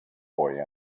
boy